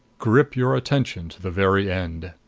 grip your attention to the very end.